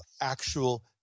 actual